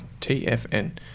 TFN